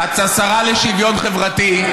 את השרה לשוויון חברתי.